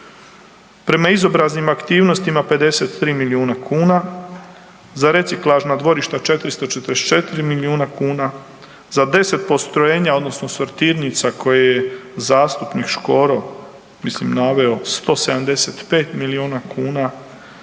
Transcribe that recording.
Prema izobraznim aktivnostima 53 milijuna kuna, za reciklažna dvorišta 444 milijuna kuna, za 10 postrojenja odnosno sortirnica, koje je zastupnik Škoro mislim naveo, 175 milijuna kuna,